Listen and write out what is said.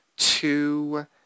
Two